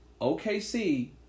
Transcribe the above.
OKC